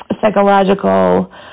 psychological